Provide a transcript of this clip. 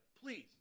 Please